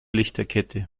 lichterkette